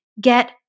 get